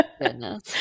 Goodness